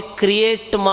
create